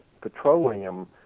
petroleum